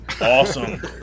Awesome